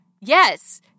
Yes